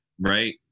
Right